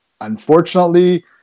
Unfortunately